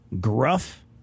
Gruff